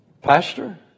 Pastor